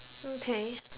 okay